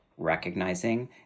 recognizing